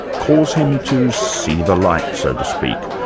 cause him to see the light, so to speak,